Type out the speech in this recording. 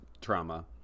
trauma